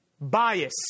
bias